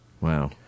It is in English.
Wow